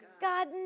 God